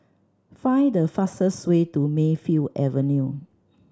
find the fastest way to Mayfield Avenue